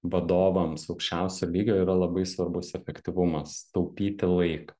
vadovams aukščiausio lygio yra labai svarbus efektyvumas taupyti laiką